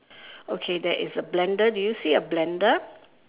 okay there is a blender do you see a blender